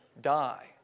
die